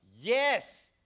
Yes